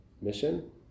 mission